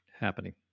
happening